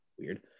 weird